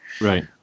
Right